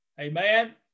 amen